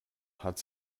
hat